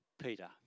Peter